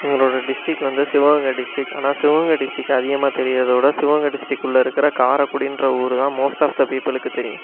எங்களோட டிஸ்ட்ரிக் வந்து சிவகங்கை டிஸ்ட்ரிக் ஆனால் சிவகங்கை டிஸ்ட்ரிக் அதிகமாக தெரியறதோட சிவகங்கை டிஸ்ட்ரிக்குள்ள இருக்கிற காரைக்குடின்ற ஊர்தான் மோஸ்ட் ஆஃப் த பீப்புளுக்கு தெரியும்